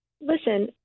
Listen